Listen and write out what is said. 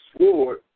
sword